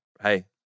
Hey